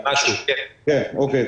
אוקיי.